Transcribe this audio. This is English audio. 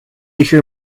hear